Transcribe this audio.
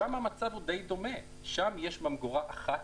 שם המצב הוא די דומה, יש שם ממגורה אחת